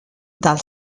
del